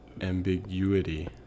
ambiguity